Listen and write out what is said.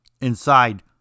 inside